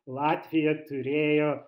latvija turėjo